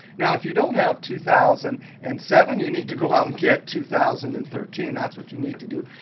now, if you don't have two thousand and seven, you need to go out and get two thousand and thirteen, that's what you need to do.